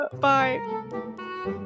Bye